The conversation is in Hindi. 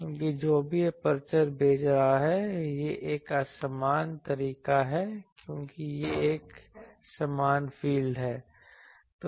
क्योंकि जो भी एपर्चर भेज रहा है यह एक आसान तरीका है क्योंकि यह एक समान फील्ड है